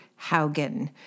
Haugen